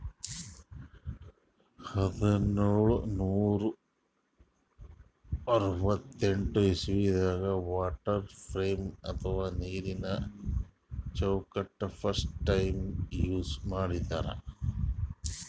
ಹದ್ದ್ನೋಳ್ ನೂರಾ ಅರವತ್ತೆಂಟ್ ಇಸವಿದಾಗ್ ವಾಟರ್ ಫ್ರೇಮ್ ಅಥವಾ ನೀರಿನ ಚೌಕಟ್ಟ್ ಫಸ್ಟ್ ಟೈಮ್ ಯೂಸ್ ಮಾಡಿದ್ರ್